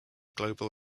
global